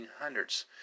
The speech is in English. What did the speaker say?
1800s